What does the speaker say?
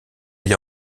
est